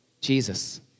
Jesus